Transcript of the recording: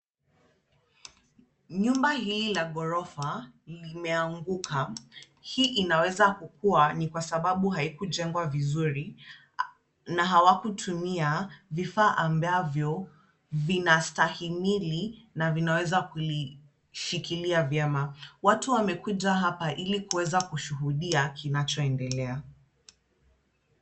Nyumba hili la ghorofa limeanguka, hii inaweza kukuwa ni kwa sababu haikujengwa vizuri, na hawakutumia vifaa ambavyo vinastahimili na vinaweza kulishikilia vyema. Watu wamekuja hapa ili kuweza kushuhudia kinachoendelea.